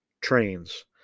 trains